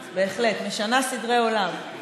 דרמטית, בהחלט, משנה סדרי עולם.